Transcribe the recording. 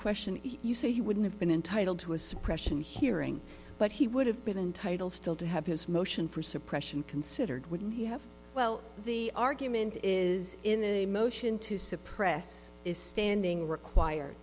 question you say he wouldn't have been entitled to a suppression hearing but he would have been entitled still to have his motion for suppression considered wouldn't he have well the argument is in a motion to suppress is standing require